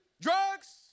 drugs